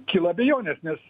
kyla abejonės nes